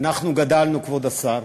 אנחנו גדלנו, כבוד השר,